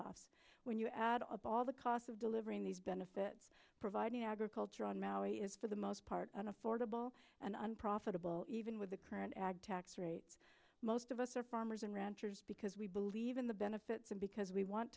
payoffs when you add up all the costs of delivering these benefits providing agriculture on maui is for the most part an affordable and unprofitable even with the current ag tax rates most of us are farmers and ranchers because we believe in the benefits and because we want